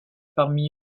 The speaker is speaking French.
parmi